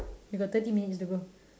we got thirty minutes to go